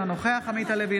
אינו נוכח עמית הלוי,